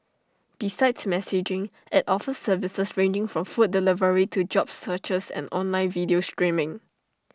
besides messaging IT offers services ranging from food delivery to job searches and online video streaming